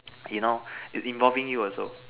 you know it's involving you also